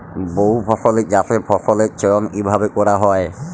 বহুফসলী চাষে ফসলের চয়ন কীভাবে করা হয়?